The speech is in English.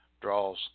draws